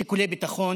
שיקולי ביטחון,